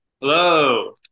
Hello